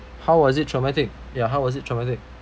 how was it traumatic yah how was it traumatic